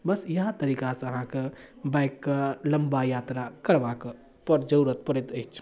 बस इएह तरीकासँ अहाँके बाइकके लम्बा यात्रा करबाक पर जरूरत पड़ैत अछि